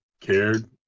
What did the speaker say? cared